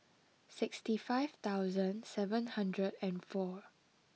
sixty five thousand seven hundred and four